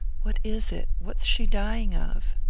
what is it? what's she dying of?